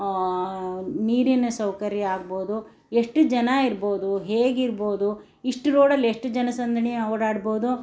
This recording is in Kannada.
ನೀರಿನ ಸೌಕರ್ಯ ಆಗ್ಬೋದು ಎಷ್ಟು ಜನ ಇರ್ಬೋದು ಹೇಗಿರ್ಬೋದು ಇಷ್ಟು ರೋಡಲ್ಲಿ ಎಷ್ಟು ಜನ ಸಂದಣಿ ಓಡಾಡ್ಬೋದು